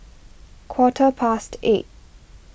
quarter past eight